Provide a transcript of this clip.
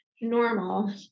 normal